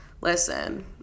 listen